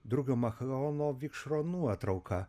drugio machaono vikšro nuotrauką